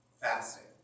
fasting